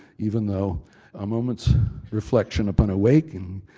even though a moment's reflection upon awaking,